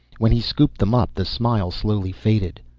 when he scooped them up the smile slowly faded.